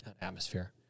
Atmosphere